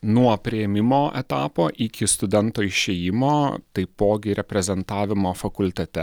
nuo priėmimo etapo iki studento išėjimo taipogi reprezentavimo fakultete